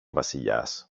βασιλιάς